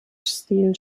stil